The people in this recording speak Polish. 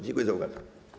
Dziękuję za uwagę.